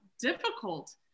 difficult